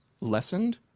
lessened